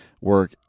work